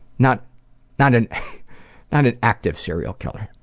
not not an and an active serial killer.